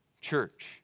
church